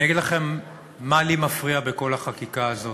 אני אגיד לכם מה לי מפריע בכל החקיקה הזאת.